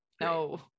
No